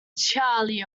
charlie